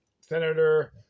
Senator